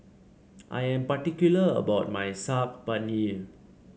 I am particular about my Saag Paneer